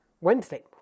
Wednesday